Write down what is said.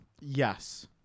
Yes